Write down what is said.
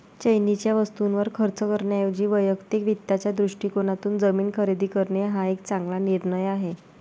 चैनीच्या वस्तूंवर खर्च करण्याऐवजी वैयक्तिक वित्ताच्या दृष्टिकोनातून जमीन खरेदी करणे हा एक चांगला निर्णय आहे